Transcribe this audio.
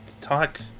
Talk